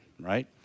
right